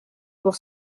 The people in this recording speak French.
pour